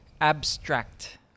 abstract